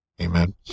Amen